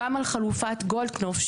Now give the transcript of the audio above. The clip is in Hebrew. גם על חלופת גולדקנופף,